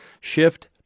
shift